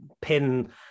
pin